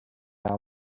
are